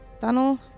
tunnel